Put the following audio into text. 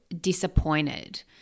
disappointed